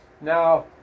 Now